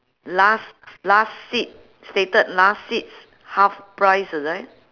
last last seat stated last seats half price is it